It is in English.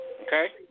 Okay